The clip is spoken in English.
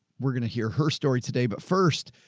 we're going to hear her story today, but first,